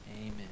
Amen